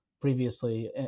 previously